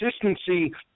Consistency